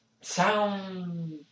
sound